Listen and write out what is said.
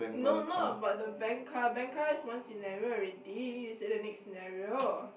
no not about the bang car bang car is one scenario already you need to say the next scenario